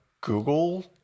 Google